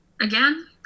again